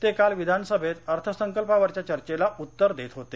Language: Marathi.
ते काल विधानसभेत अर्थसंकल्पावरच्या चर्चेला उत्तर देत होते